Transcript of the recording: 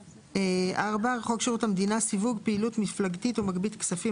(4) חוק שירות המדינה (סיוג פעילות מפלגתית ומגבית כספים),